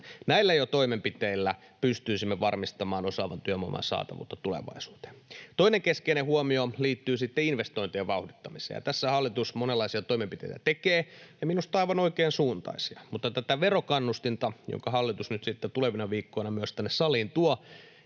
näillä toimenpiteillä pystyisimme varmistamaan osaavan työvoiman saatavuutta tulevaisuuteen. Toinen keskeinen huomio liittyy sitten investointien vauhdittamiseen, ja tässä hallitus monenlaisia toimenpiteitä tekee ja minusta aivan oikeansuuntaisia, mutta tätä verokannustinta, jonka hallitus tulevina viikkoina myös tänne saliin tuo,